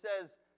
says